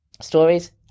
Stories